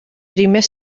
primer